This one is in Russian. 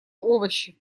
овощи